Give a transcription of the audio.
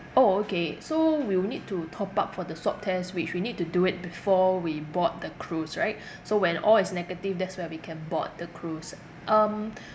orh okay so we'll need to top up for the swab test which we need to do it before we board the cruise right so when all is negative that's when we can board the cruise um